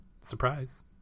surprise